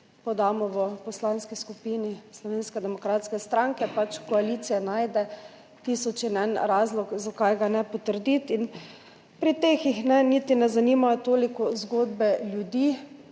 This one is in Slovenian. demokratske stranke, pač koalicija najde tisoč in en razlog, zakaj ga ne potrditi, in pri tem jih niti ne zanimajo toliko zgodbe ljudi